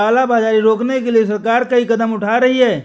काला बाजारी रोकने के लिए सरकार कई कदम उठा रही है